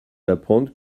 d’apprendre